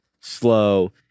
slow